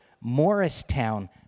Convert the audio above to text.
Morristown